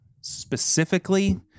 specifically